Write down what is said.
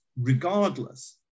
regardless